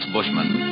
Bushman